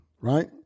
right